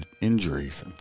Injuries